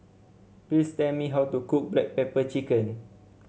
please tell me how to cook Black Pepper Chicken